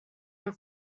are